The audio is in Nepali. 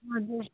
हजुर